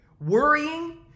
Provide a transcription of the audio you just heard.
Worrying